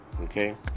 Okay